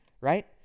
right